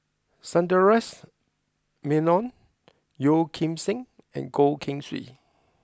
Sundaresh Menon Yeo Kim Seng and Goh Keng Swee